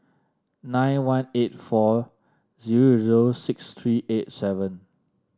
nine one eight four zero zero six three eight seven